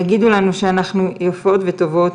יגידו לנו שאנחנו יפות וטובות,